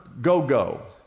go-go